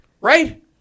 Right